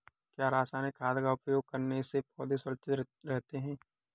क्या रसायनिक खाद का उपयोग करने से पौधे सुरक्षित रहते हैं?